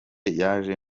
yaje